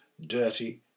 dirty